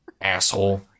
Asshole